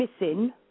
missing